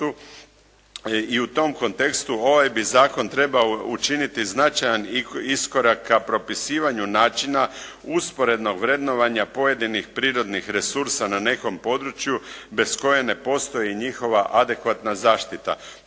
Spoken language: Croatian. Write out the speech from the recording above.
i u tom kontekstu ovaj bi zakon trebao učiniti značajan iskorak ka propisivanju načina usporednog vrednovanja pojedinih prirodnih resursa na nekom području bez koje ne postoji njihova adekvatna zaštita